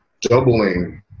doubling